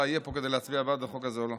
יהיה פה כדי להצביע בעד החוק הזה או לא.